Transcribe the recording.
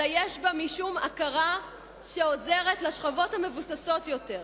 אלא יש בה משום הכרה שעוזרת לשכבות המבוססות יותר.